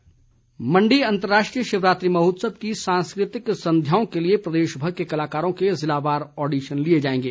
audition Mandi अंतर्राष्ट्रीय शिवरात्रि महोत्सव की सांस्कृतिक संध्याओं के लिए प्रदेश भर के कलाकारों के जिलावार ऑडिशन लिए जाएंगे